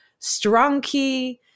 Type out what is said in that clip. StrongKey